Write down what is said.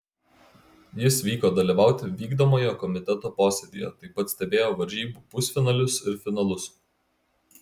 jis vyko dalyvauti vykdomojo komiteto posėdyje taip pat stebėjo varžybų pusfinalius ir finalus